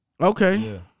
Okay